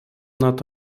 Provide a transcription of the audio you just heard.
not